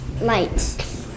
light